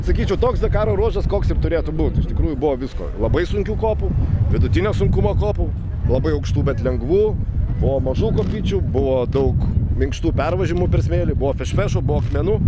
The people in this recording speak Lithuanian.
sakyčiau toks dakaro ruožas koks ir turėtų būt iš tikrųjų buvo visko labai sunkių kopų vidutinio sunkumo kopų labai aukštų bet lengvų buvo mažų koplyčių buvo daug minkštų pervažiavimų per smėlį buvo fešfešo buvo akmenų